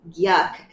yuck